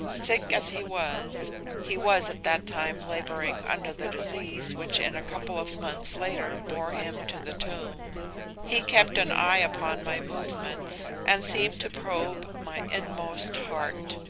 sick as he was he was at that time laboring under the disease which in a couple of months later bore him to the tomb he kept an eye upon my movements and seemed to probe my inmost heart.